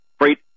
great